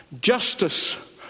justice